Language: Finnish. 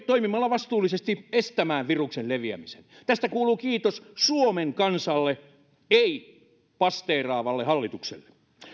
toimimalla vastuullisesti estämään viruksen leviämisen tästä kuuluu kiitos suomen kansalle ei pasteeraavalle hallitukselle